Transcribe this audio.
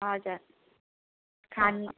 हजुर खाना